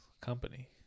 company